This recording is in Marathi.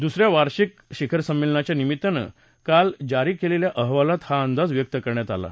दुसऱ्या वार्षिक शिखर संमेलनाच्या निमित्तानं काल जारी केलेल्या अहवालात हा अंदाज व्यक्त करण्यात आला आहे